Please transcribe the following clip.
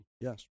Yes